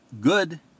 good